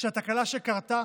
שהתקלה שקרתה,